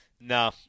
No